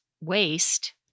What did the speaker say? waste